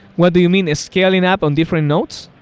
what do you mean? scaling up on different nodes?